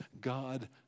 God